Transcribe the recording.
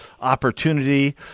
opportunity